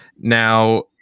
now